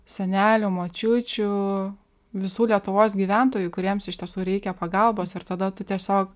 senelių močiučių visų lietuvos gyventojų kuriems iš tiesų reikia pagalbos ir tada tu tiesiog